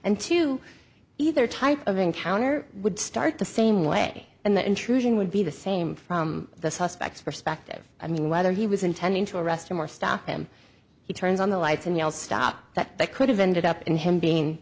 and to either type of encounter would start the same way and the intrusion would be the same from the suspects perspective i mean whether he was intending to arrest him or stop him he turns on the lights and yell stop that that could have ended up in him being